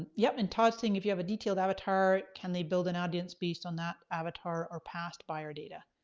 ah yup and todd's saying if you have a detailed avatar, can they build an audience based on that avatar or past buyer data?